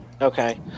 Okay